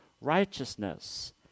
righteousness